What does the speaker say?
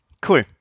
Cool